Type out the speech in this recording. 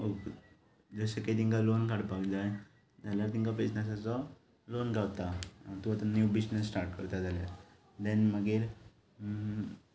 जशें की तकां लोन काडपाक जाय जाल्यार तेंकां बिजनेसाचो लोन गावता तूं आतां नीव बिजनेस स्टाट करता जाल्यार देन मागीर